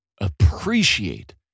appreciate